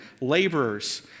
laborers